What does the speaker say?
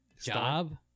job